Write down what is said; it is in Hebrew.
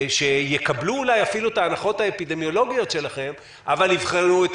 שיקבלו אולי אפילו את ההנחות האפידמיולוגיות שלכם ייבחנו את